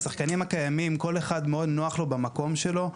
השחקנים הקיימים, כל אחד מאוד נוח לו במקום שלו.